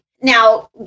Now